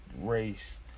race